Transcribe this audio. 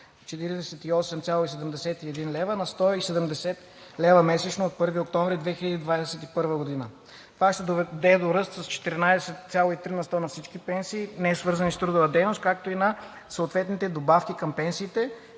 148,71 лв. на 170,00 лв. месечно от 1 октомври 2021 г. Това ще доведе до ръст с 14,3 на сто на всички пенсии, несвързани с трудова дейност, както и на съответните добавки към пенсиите,